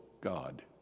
God